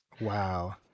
Wow